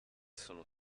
sono